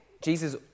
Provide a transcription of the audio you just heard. Jesus